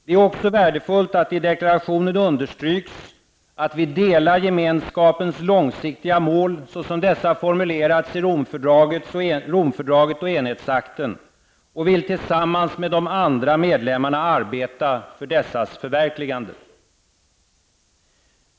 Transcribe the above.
Det är också värdefullt att det i deklarationen understryks att vi delar Gemenskapens långsiktiga mål, så som dessa formulerats i Romfördraget och enhetsakten, och vill tillsammans med de andra medlemmarna arbeta för dessas förverkligande.